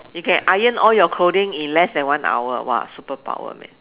you can iron all your clothing in less than one hour !wah! superpower man